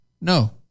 No